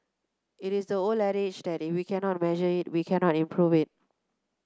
it is the old adage that if we can not measure it we can not improve it